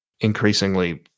increasingly